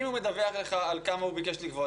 אם הוא מדווח לך על כמה הוא ביקש לגבות,